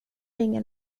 ingen